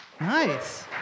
Nice